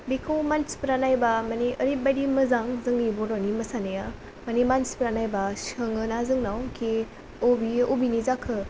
बेखौ मानसिफ्रा नायोब्ला माने ओरैबादि मोजां जोंनि बर'नि मोसानाय माने मानसिफ्रा नायब्ला सोङोना जोंनाव कि बेयो बबेनि जाखो